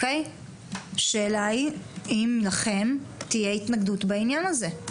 השאלה היא אם לכם תהיה התנגדות בעניין הזה.